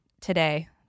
today